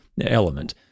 element